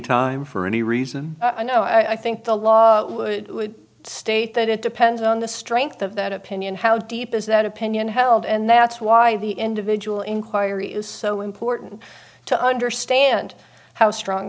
time for any reason i know i think the law should state that it depends on the strength of that opinion how deep is that opinion held and that's why the individual inquiry is so important to understand how strong